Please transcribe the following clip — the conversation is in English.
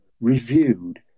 reviewed